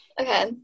okay